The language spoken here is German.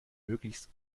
möglichst